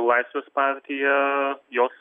laisvės partija jos